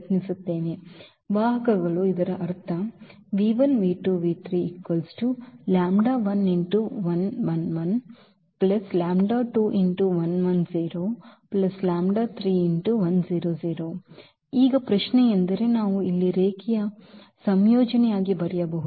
ವಾಹಕಗಳು ಇದರ ಅರ್ಥ ಈಗ ಪ್ರಶ್ನೆಯೆಂದರೆ ನಾವು ಇಲ್ಲಿ ರೇಖೀಯ ಸಂಯೋಜನೆಯಾಗಿ ಬರೆಯಬಹುದೇ